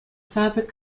fabric